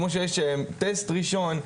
כמו שיש טסט ראשון,